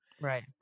right